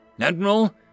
Admiral